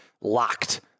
locked